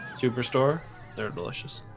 superstore they're delicious